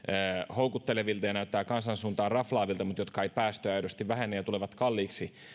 houkuttelevilta ja näyttävät kansan suuntaan raflaavilta mutta jotka eivät päästöjä aidosti vähennä ja tulevat kalliiksi